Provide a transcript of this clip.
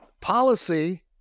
Policy